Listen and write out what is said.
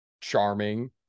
charming